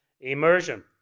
immersion